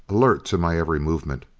alert to my every movement.